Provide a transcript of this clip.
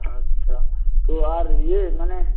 আচ্ছা তো আর ইয়ে মানে